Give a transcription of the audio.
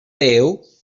déu